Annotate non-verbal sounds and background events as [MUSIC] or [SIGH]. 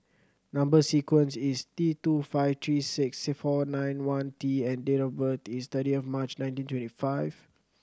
number sequence is T two five three six [UNINTELLIGIBLE] four nine one T and date of birth is thirtieth March nineteen twenty five